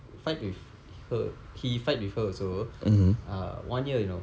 fight with her he fight with her also uh one year you know